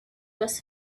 was